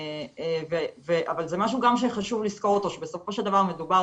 אבל זה משהו שחשוב לזכור אותו, שמדובר